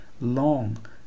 long